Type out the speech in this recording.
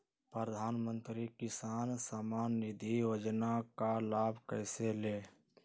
प्रधानमंत्री किसान समान निधि योजना का लाभ कैसे ले?